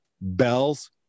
bells